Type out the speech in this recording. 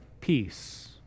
peace